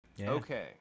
Okay